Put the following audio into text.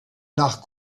nach